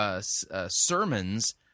sermons—